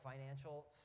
financial